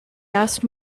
asked